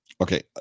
Okay